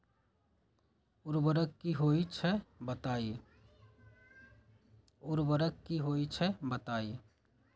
उर्वरक की होई छई बताई?